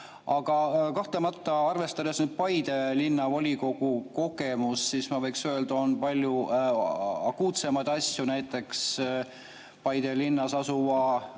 Aga kahtlemata, arvestades nüüd Paide Linnavolikogu kogemust, ma võiks öelda, on palju akuutsemaid asju, näiteks Paide linnas asuva